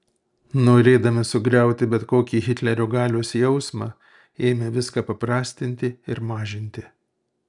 norėdami sugriauti bet kokį hitlerio galios jausmą ėmė viską paprastinti ir mažinti